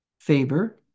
Faber